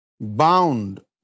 bound